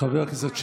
חבר הכנסת שירי,